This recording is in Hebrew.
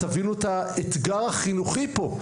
תבינו את האתגר החינוכי פה,